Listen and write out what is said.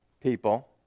people